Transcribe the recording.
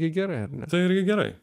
ji gerai ar ne tai irgi gerai